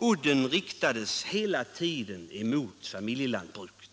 Udden riktades hela tiden mot familjelantbruket.